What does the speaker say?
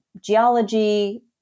geology